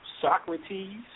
Socrates